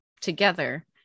together